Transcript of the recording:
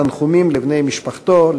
תנחומים לבני משפחתו,